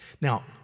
Now